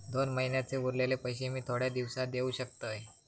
दोन महिन्यांचे उरलेले पैशे मी थोड्या दिवसा देव शकतय?